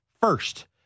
first